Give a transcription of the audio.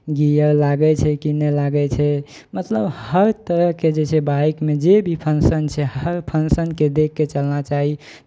gear लागै छै कि नहि लागै छै मतलब हर तरहके जे छै बाइकमे जे भी फंक्शन छै तऽ हर फंक्शनकेँ देखि कऽ चलना चाही